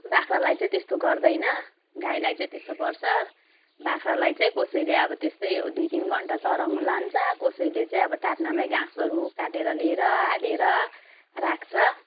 बाख्रालाई चाहिँ त्यस्तो गर्दैन गाईलाई चाहिँ त्यस्तो गर्छ बाख्रालाई चाहिँ कसैलाई अब त्यस्तै दुई तिन घन्टा चराउनु लान्छ कसैले चाहिँ अब टाट्नामै घाँसहरू काटेर लिएर हालेर राख्छ